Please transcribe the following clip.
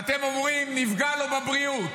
ואתם אומרים: נפגע לו בבריאות,